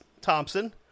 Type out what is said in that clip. Thompson